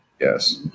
Yes